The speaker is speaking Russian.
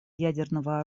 ядерного